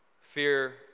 Fear